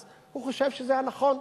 אז הוא חושב שזה הנכון.